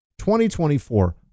2024